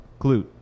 glute